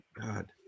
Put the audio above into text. God